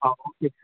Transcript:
okay sir